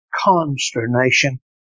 consternation